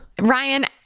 Ryan